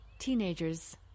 teenagers